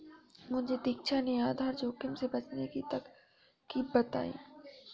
मुझे दीक्षा ने आधार जोखिम से बचने की तरकीब बताई है